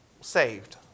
saved